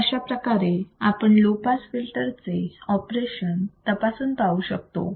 तर अशाप्रकारे आपण लो पास फिल्टर चे ऑपरेशन तपासून पाहू शकतो